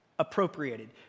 appropriated